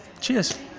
Cheers